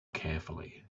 carefully